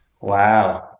Wow